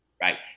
right